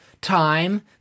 time